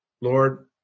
Lord